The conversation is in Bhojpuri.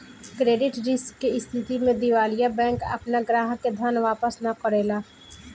क्रेडिट रिस्क के स्थिति में दिवालिया बैंक आपना ग्राहक के धन वापस ना करेला